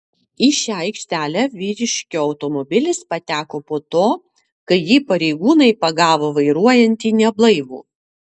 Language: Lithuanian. į šią aikštelę vyriškio automobilis pateko po to kai jį pareigūnai pagavo vairuojantį neblaivų